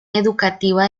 educativa